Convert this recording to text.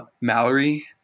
Mallory